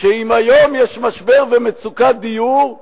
שאם היום יש משבר ומצוקת דיור,